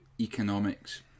economics